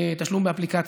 תשלום באפליקציה.